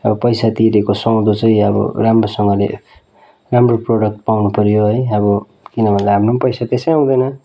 अब पैसा तिरेको सुहाउँदो चाहिँ अब राम्रोसँगले राम्रो प्रोडक्ट पाउनु पऱ्यो है अब किनभनेलाई हाम्रो पनि पैसा त्यसै आउँदैन